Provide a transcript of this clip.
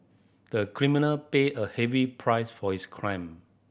the criminal paid a heavy price for his crime